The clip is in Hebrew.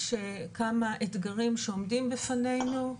יש כמה אתגרים שעומדים בפנינו,